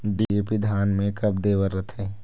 DAP धान मे कब दे बर रथे?